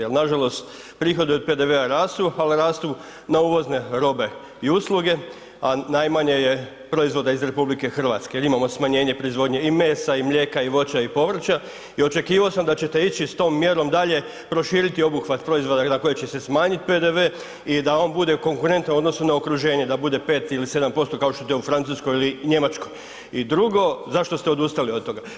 Jel nažalost prihodi od PDV-a rastu, ali rastu na uvozne robe i usluge, a najmanje je proizvoda iz RH jer imamo smanjenje proizvodnje i mesa i mlijeka i voća i povrća i očekivao sam da ćete ići s tom mjerom dalje proširiti obuhvat proizvoda na koji će se smanjiti PDV i da on bude konkurentan u odnosu na okruženje, da bude 5 ili 7% kao što je to u Francuskoj ili Njemačkoj, zašto ste odustali od toga?